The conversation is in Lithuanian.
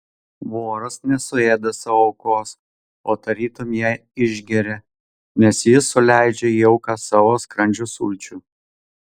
voras nesuėda savo aukos o tarytum ją išgeria nes jis suleidžia į auką savo skrandžio sulčių